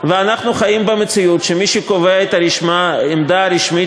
שאנחנו חיים במציאות שמי שקובע את העמדה הרשמית